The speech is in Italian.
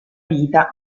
vita